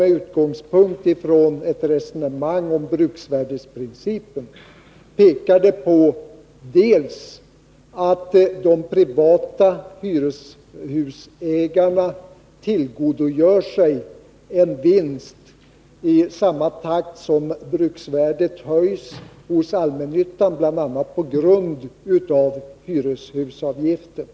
Med utgångspunkt i ett resonemang om bruksvärdesprincipen pekade jag på det förhållandet att de privata hyreshusägarna tillgodogör sig en vinst i samma takt som bruksvärdet höjs hos allmännyttan — bl.a. på grund av hyreshusavgiften.